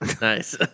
Nice